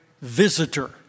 visitor